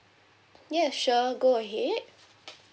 yes sure go ahead